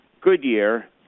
Goodyear